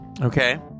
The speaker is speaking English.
Okay